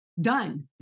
Done